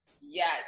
Yes